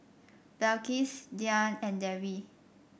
Balqis Dian and Dewi